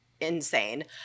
insane